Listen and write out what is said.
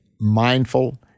mindful